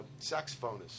saxophonist